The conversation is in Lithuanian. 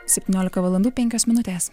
septyniolika valandų penkios minutės